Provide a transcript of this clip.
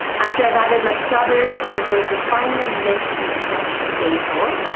after i've added my strawberries, i'm going to finely mince some fresh basil,